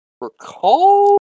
recall